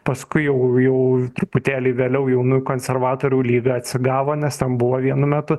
paskui jau jau truputėlį vėliau jaunųjų konservatorių lyga atsigavo nes ten buvo vienu metu